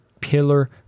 pillar